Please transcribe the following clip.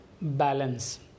balance